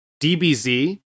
DBZ